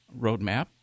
roadmap